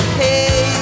hey